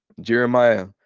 Jeremiah